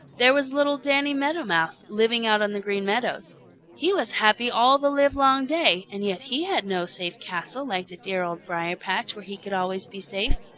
there was little danny meadow mouse, living out on the green meadows he was happy all the livelong day, and yet he had no safe castle like the dear old briar-patch where he could always be safe.